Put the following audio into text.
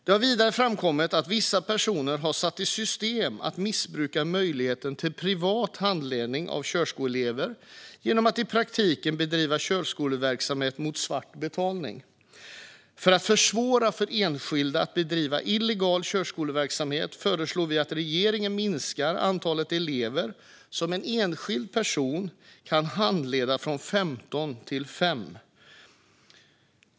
Det har vidare framkommit att vissa personer har satt i system att missbruka möjligheten till privat handledning av körskoleelever genom att i praktiken bedriva körskoleverksamhet mot svart betalning. För att försvåra för enskilda att bedriva illegal körskoleverksamhet föreslår vi att regeringen minskar antalet elever som en enskild privatperson kan handleda från 15 till 5.